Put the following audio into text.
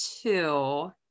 two